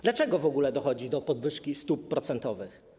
Dlaczego w ogóle dochodzi do podwyżki stóp procentowych?